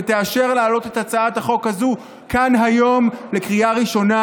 ותאשר להעלות את הצעת החוק הזאת כאן היום לקריאה ראשונה,